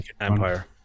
empire